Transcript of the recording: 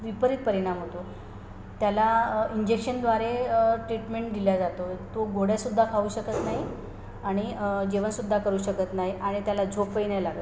विपरीत परिणाम होतो त्याला इंजेक्शनद्वारे ट्रीटमेंट दिली जाते तो गोळ्यासुद्धा खाऊ शकत नाही आणि जेवणसुद्धा करू शकत नाही आणि त्याला झोपही नाही लागत